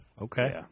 Okay